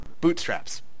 Bootstraps